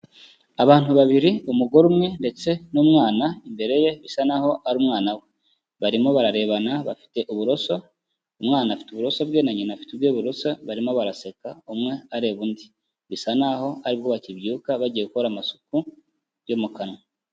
Abantu babiri, umugore umwe ndetse n'umwana imbere ye bisa naho ari umwana we, barimo bararebana bafite uburoso, umwana afite uburoso bwe na nyina afite ubwe buroso barimo baraseka umwe areba undi, bisa naho aribwo bakibyuka bagiye gukora amasuku yo mu kanwa.